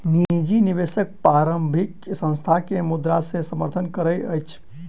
निजी निवेशक प्रारंभिक संस्थान के मुद्रा से समर्थन करैत अछि